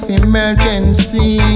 emergency